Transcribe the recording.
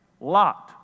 Lot